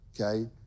okay